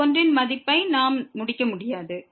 இந்த ஒன்றின் மதிப்பை நாம் ஏற்றுக்கொள்ள முடியாது